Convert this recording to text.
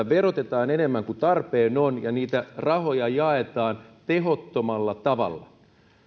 verotetaan enemmän kuin tarpeen on ja niitä rahoja jaetaan tehottomalla tavalla